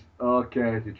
okay